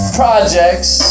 projects